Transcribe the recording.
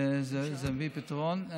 זה מביא פתרון.